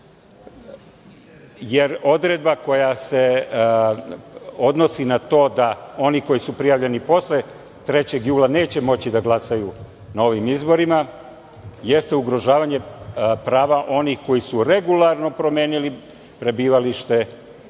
jer odredba koja se odnosi na to da oni koji su prijavljeni posle 3. jula neće moći da glasaju na ovim izborima, jeste ugrožavanje prava onih koji su regularno promenili prebivalište